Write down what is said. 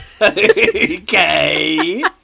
Okay